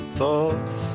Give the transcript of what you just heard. thoughts